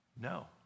No